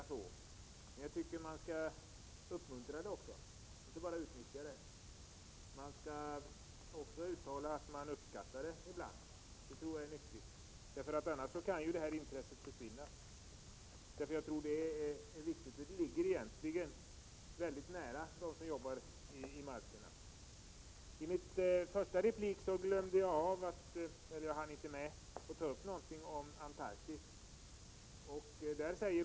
Men jag tycker att man skall uppmuntra det också, inte bara utnyttja det. Man skall också ibland uttala att man uppskattar det. Det tror jag är viktigt. Annars kan intresset försvinna. Detta ligger egentligen mycket nära dem som jobbar i markerna. I min första replik hann jag inte med att ta upp någonting om Antarktis.